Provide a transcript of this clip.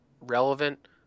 relevant